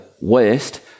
west